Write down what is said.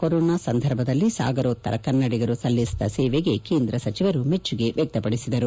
corona ಸಂದರ್ಭದಲ್ಲಿ ಸಾಗರೋತ್ತರ ಕನ್ನಡಿಗರು ಸಲ್ಲಿಸಿದ ಸೇಮೆಗೆ ಕೇಂದ್ರ ಸಚಿವರು ಮೆಚ್ಚುಗೆ ವ್ಲಕ್ಷಪಡಿಸಿದರು